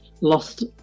lost